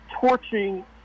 torching